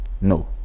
no